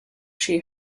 she